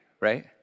right